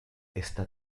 esta